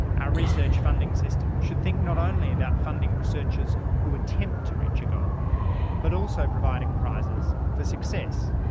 our research funding system should think not only about funding researchers who attempt to reach a goal but also providing prizes for success,